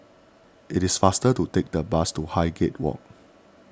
it is faster to take the bus to Highgate Walk